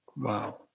Wow